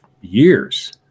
years